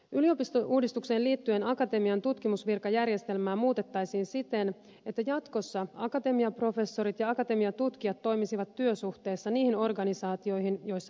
yliopistouudistukseen liittyen akatemian tutkimusvirkajärjestelmää muutettaisiin siten että jatkossa akatemiaprofessorit ja akatemiatutkijat toimisivat työsuhteessa niihin organisaatioihin joissa he työskentelevät